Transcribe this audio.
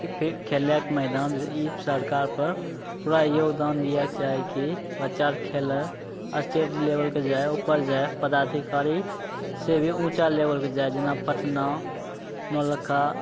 फि फिर खेलैके मैदान ई सरकार पर पूरा योगदान दिएके चाही कि बच्चा आर खेलै स्टेट लेबलके जाए ऊपर जाए पदाधिकारी से भी ऊँचा लेबल पर जाए जेना पटना नौलक्खा